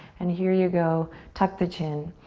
and here you go, tuck the chin.